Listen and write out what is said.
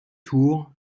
tours